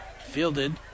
Fielded